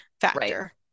factor